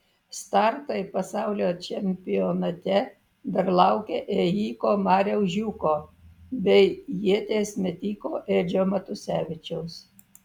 startai pasaulio čempionate dar laukia ėjiko mariaus žiūko bei ieties metiko edžio matusevičiaus